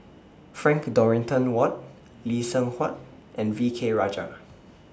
Frank Dorrington Ward Lee Seng Huat and V K Rajah